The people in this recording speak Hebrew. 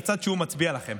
לצד שמצביע לכם,